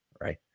right